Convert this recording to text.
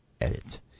edit